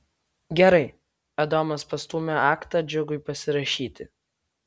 gerai adomas pastūmė aktą džiugui pasirašyti